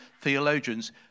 theologian's